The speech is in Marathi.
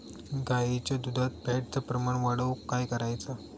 गाईच्या दुधात फॅटचा प्रमाण वाढवुक काय करायचा?